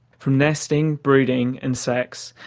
from nesting, brooding and sex,